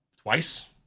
twice